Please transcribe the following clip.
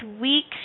week's